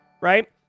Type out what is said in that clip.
right